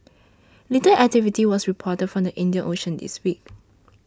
little activity was reported from the Indian Ocean this week